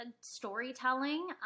storytelling